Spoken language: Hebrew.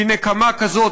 כי נקמה כזאת,